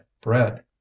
bread